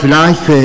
life